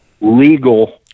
legal